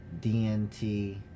DNT